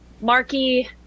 Marky